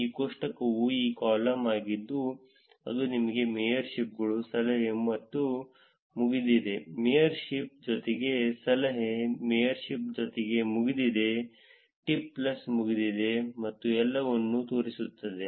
ಈ ಕೋಷ್ಟಕವು ಈ ಕಾಲಮ್ ಆಗಿದ್ದು ಅದು ನಿಮಗೆ ಮೇಯರ್ಶಿಪ್ಗಳು ಸಲಹೆ ಮತ್ತು ಮುಗಿದಿದೆ ಮೇಯರ್ಶಿಪ್ ಜೊತೆಗೆ ಸಲಹೆ ಮೇಯರ್ಶಿಪ್ ಜೊತೆಗೆ ಮುಗಿದಿದೆ ಟಿಪ್ ಪ್ಲಸ್ ಮುಗಿದಿದೆ ಮತ್ತು ಎಲ್ಲವನ್ನೂ ತೋರಿಸುತ್ತದೆ